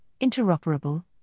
interoperable